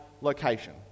location